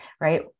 right